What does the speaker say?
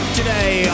today